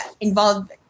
involved